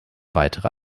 weitere